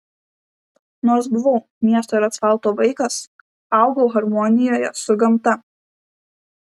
nors buvau miesto ir asfalto vaikas augau harmonijoje su gamta